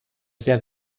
sehr